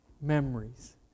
Memories